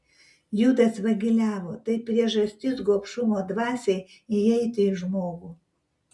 judas vagiliavo tai priežastis gobšumo dvasiai įeiti į žmogų